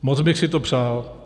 Moc bych si to přál.